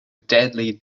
deadly